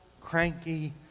cranky